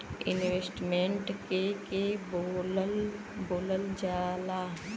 Investment के के बोलल जा ला?